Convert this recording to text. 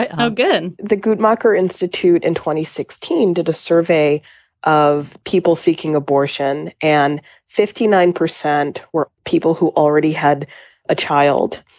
ah again, the guttmacher institute in twenty sixteen did a survey of people seeking abortion and fifty nine percent were people who already had a child.